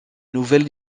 nouvelles